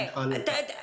אני אתייחס.